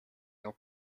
your